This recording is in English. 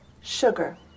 Sugar